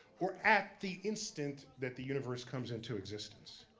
or at the instant that the universe comes into existence.